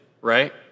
right